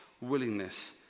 willingness